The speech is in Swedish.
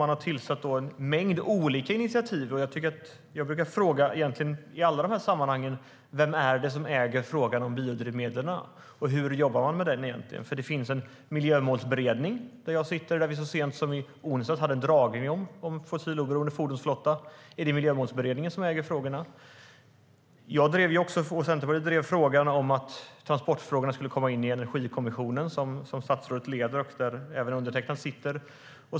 Man har tagit en mängd olika initiativ. Jag brukar i alla de här sammanhangen fråga vem det är som äger frågan om biodrivmedlen och hur man egentligen jobbar med den. Det finns en miljömålsberedning där jag sitter. Så sent som i onsdags hade vi en dragning om en fossiloberoende fordonsflotta. Är det Miljömålsberedningen som äger frågorna? Jag och Centerpartiet drev på för att transportfrågorna skulle komma in i Energikommissionen, som statsrådet leder och där även undertecknad sitter.